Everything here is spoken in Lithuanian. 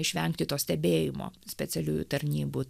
išvengti to stebėjimo specialiųjų tarnybų